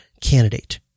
candidate